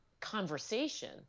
conversation